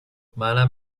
منم